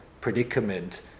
predicament